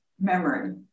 memory